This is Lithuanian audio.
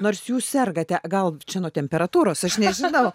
nors jūs sergate gal čia nuo temperatūros aš nežinau